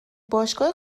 باشگاه